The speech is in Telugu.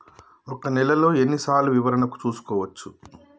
ఒక నెలలో ఎన్ని సార్లు వివరణ చూసుకోవచ్చు?